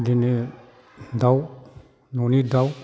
बिदिनो दाउ न'नि दाउ